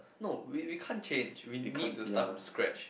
no we we can't change we need to start from scratch